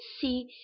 see